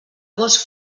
gos